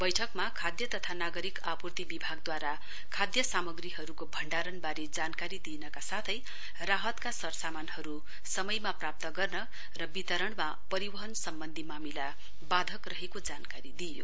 बैठकमा खाद्य तथा नागरिक आपुर्ति विभागद्वारा खाद्य सामग्रीहरूको भण्डारणबारे जानकारी दिइनका साथै राहतका सरसामानहरू समयमा प्राप्त गर्न र वितरणमा परिवहन सम्वन्धि मामिला वाधक रहेको जानकारी दिइयो